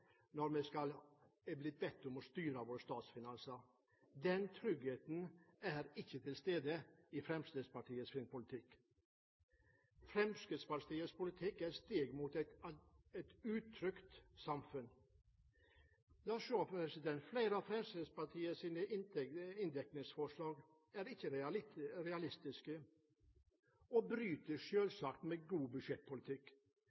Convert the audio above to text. når de er blitt bedt om å styre våre statsfinanser. Den tryggheten er ikke til stede med Fremskrittspartiets politikk. Fremskrittspartiets politikk er et steg mot et utrygt samfunn. La oss se: Flere av Fremskrittspartiets inndekningsforslag er ikke realistiske og bryter